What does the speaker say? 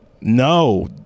no